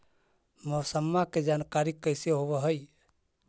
मौसमा के जानकारी कैसे होब है?